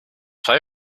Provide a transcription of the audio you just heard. pay